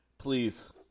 Please